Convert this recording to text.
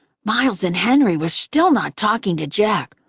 miles and henry were still not talking to jack,